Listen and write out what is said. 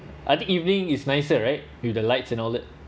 I think evening is nicer right with the lights and all that